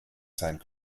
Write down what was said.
sein